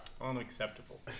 Unacceptable